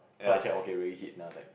so I check okay where he hit and I was like